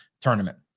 tournament